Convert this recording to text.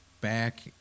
back